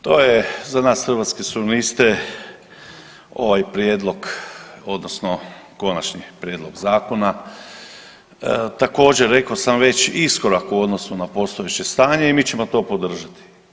To je za nas Hrvatske suvereniste ovaj prijedlog odnosno konačni prijedlog zakona također rekao sam već iskorak u odnosu na postojeće stanje i mi ćemo to podržati.